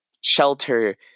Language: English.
shelter